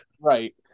right